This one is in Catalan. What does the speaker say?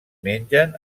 mengen